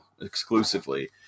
exclusively